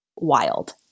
wild